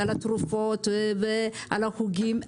על התרופות ועל החוגים.